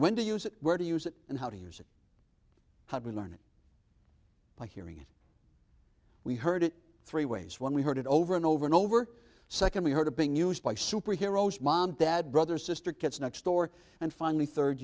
when to use it where to use it and how to use it how we learned by hearing it we heard it three ways one we heard it over and over and over second we heard of being used by superheroes mom dad brother sister kids next door and finally third